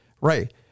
right